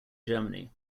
germany